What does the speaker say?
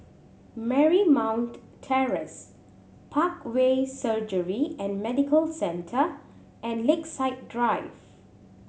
Marymount Terrace Parkway Surgery and Medical Centre and Lakeside Drive